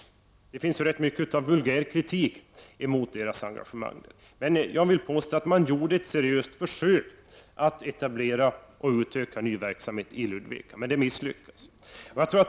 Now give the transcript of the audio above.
Det har riktats en vulgärkritik mot företagets engagemang i Ludvika, men jag vill påstå att man gjorde ett seriöst försök att etablera och utöka ny verksamhet där, som dock misslyckades.